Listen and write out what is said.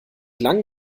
lang